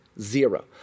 zero